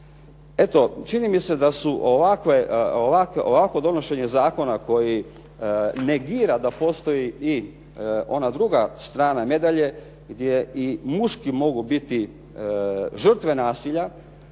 Eto, čini mi se da su ovakvo donošenje zakona koji negira da postoji i ona druga strana medalje gdje i muški mogu biti žrtve nasilja,